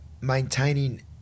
maintaining